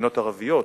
מדינות ערביות,